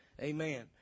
Amen